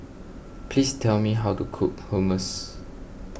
please tell me how to cook Hummus